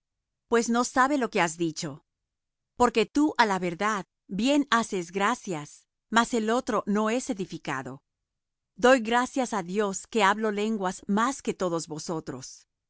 pues no sabe lo que has dicho porque tú á la verdad bien haces gracias mas el otro no es edificado doy gracias á dios que hablo lenguas más que todos vosotros